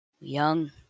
Young